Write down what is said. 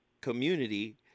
community